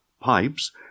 pipes